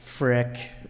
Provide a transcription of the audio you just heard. Frick